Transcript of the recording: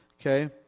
okay